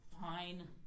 fine